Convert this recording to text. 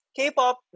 K-pop